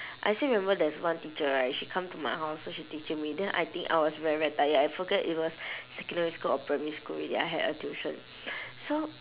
I still remember there's one teacher right she come to my house so she teaching me then I think I was very very tired I forget it was secondary school or primary school already I had a tuition so